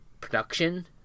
production